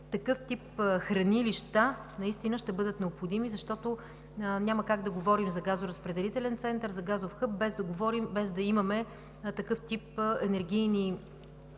такъв тип хранилища наистина ще бъдат необходими, защото няма как да говорим за газоразпределителен център, за газов хъб, без да имаме такъв тип енергийни предприятия,